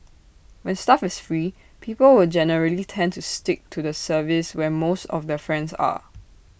when stuff is free people will generally tend to stick to the service where most of their friends are